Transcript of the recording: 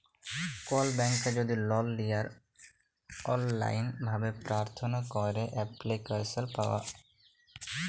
call ব্যাংকে যদি লল লিয়ার অললাইল ভাবে পার্থনা ক্যইরে এপ্লিক্যাসল পাউয়া